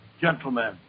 gentlemen